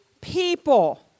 people